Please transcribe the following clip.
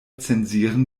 zensieren